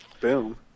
Boom